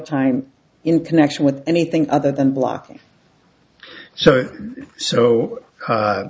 time in connection with anything other than blocking so so a